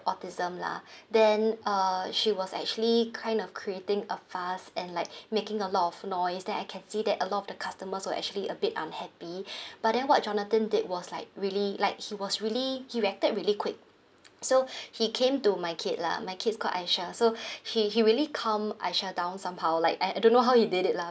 autism lah then uh she was actually kind of creating a fuss and like making a lot of noise then I can see that a lot of the customers were actually a bit unhappy but then what jonathan did was like really like he was really he reacted really quick so he came to my kid lah my kid's called aisyah so he he really calmed aisyah down somehow like I I don't know how he did it lah